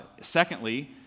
secondly